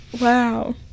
Wow